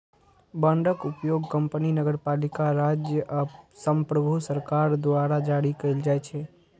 बांडक उपयोग कंपनी, नगरपालिका, राज्य आ संप्रभु सरकार द्वारा जारी कैल जाइ छै